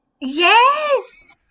yes